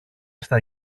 στα